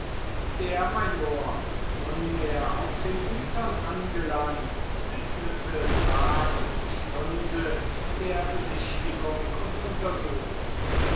der major nunmehr auf den gütern angelangt widmete tag und stunde der besichtigung und untersuchung